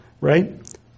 right